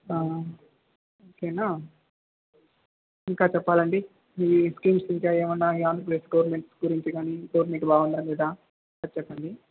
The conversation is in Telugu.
ఓకేనా ఇంకా చెప్పాలండి మీ స్కిల్స్ ఇంకా ఏమైనా ఈ ఆంధ్రప్రదేశ్ గవర్నమెంట్ గురించి కానీ గవర్నమెంట్ బాగుందా లేదా చెప్పండి